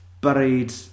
buried